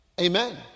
Amen